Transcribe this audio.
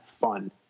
fun